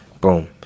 Boom